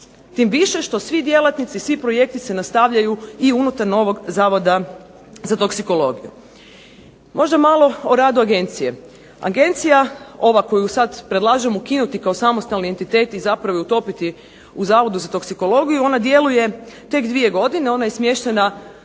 Tim više što svi djelatnici, svi projekti se nastavljaju i unutar novog Zavoda za toksikologiju. Možda malo o radu agencije. Agencija, ova koju sad predlažemo ukinuti kao samostalni entitet i zapravo je utopiti u Zavodu za toksikologiju, ona djeluje tek dvije godine. Ona je smještena